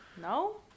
No